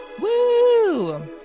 Woo